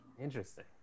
Interesting